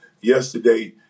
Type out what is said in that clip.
yesterday